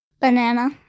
Banana